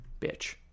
bitch